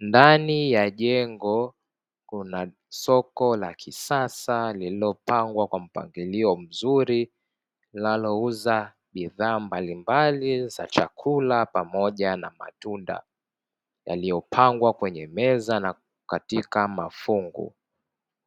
Ndani ya jengo kuna soko la kisasa lililopangwa kwa mpangilio mzuri linalouza bidhaa mbalimbali za chakula, pamoja na matunda yaliyopangwa kwenye meza katika mafungu